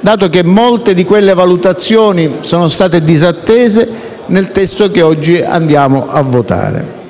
dato che molte di quelle valutazioni sono state disattese nel testo che oggi andiamo a votare.